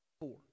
Four